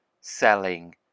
selling